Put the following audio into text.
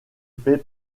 fait